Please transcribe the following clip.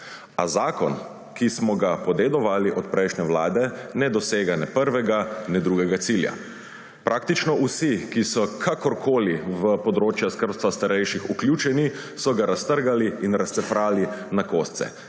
A zakon, ki smo ga podedovali od prejšnje vlade, ne dosega ne prvega ne drugega cilja. Praktično vsi, ki so kakorkoli v področja skrbstva starejših vključeni, so ga raztrgali in razcefrali na kosce.